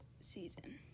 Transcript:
season